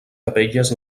capelles